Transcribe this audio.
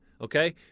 Okay